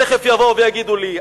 תיכף יבואו ויגידו לי.